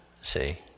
see